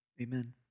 Amen